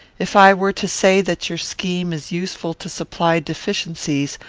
if i were to say that your scheme is useful to supply deficiencies,